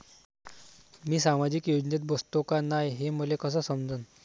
मी सामाजिक योजनेत बसतो का नाय, हे मले कस समजन?